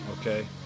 Okay